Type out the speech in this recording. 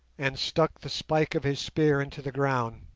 and stuck the spike of his spear into the ground,